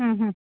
हम्म हम्म